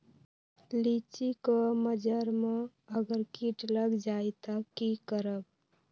लिचि क मजर म अगर किट लग जाई त की करब?